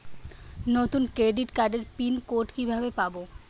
নতুন ক্রেডিট কার্ডের pin code কিভাবে পাব?